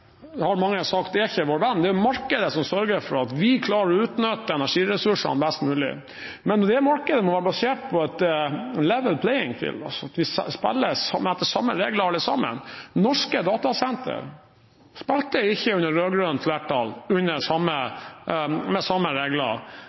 venn, har mange sagt. Det er jo markedet som sørger for at vi klarer å utnytte energiressursene best mulig. Men det markedet må være basert på «level playing field»: Vi spiller etter samme regler alle sammen. Norske datasentre spilte ikke med samme regler